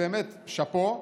שאפו,